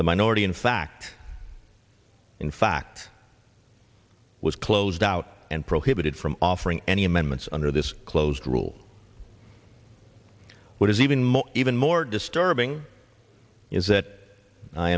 the minority in fact in fact was closed out and prohibited from offering any amendments under this closed rule what is even more even more disturbing is that i